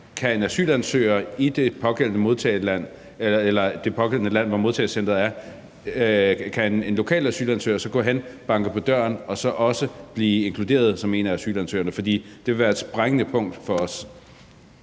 lokal asylansøger i det pågældende land, hvor modtagecenteret er, gå hen og banke på døren og også blive inkluderet som en af asylansøgerne? For det vil være et springende punkt for os.